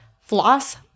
floss